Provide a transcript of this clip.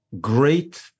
great